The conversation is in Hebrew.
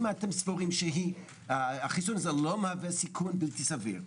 אם אתם סבורים שהחיסון לא מהווה סיכון בלתי-סביר,